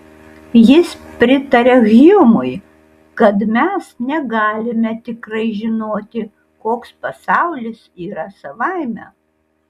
jis pritaria hjumui kad mes negalime tikrai žinoti koks pasaulis yra savaime